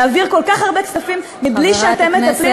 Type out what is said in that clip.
להעביר כל כך הרבה כספים מבלי שאתם מטפלים,